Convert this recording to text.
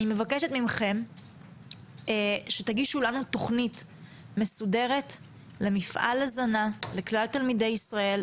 אני מבקשת מכם שתגישו לנו תכנית מסודרת למפעל הזנה לכלל תלמידי ישראל,